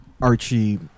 Archie